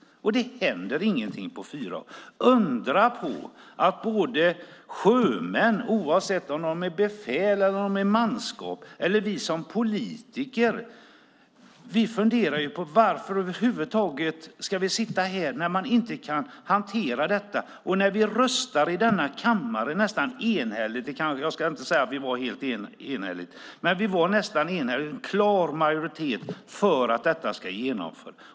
Och det händer ingenting på fyra år. Inte konstigt att sjömän, oavsett om de är befäl eller manskap, undrar. Vi som är politiker funderar på varför vi över huvud taget ska sitta här när man inte kan hantera detta och när vi röstade i denna kammare nästan enhälligt med en klar majoritet för att detta ska genomföras.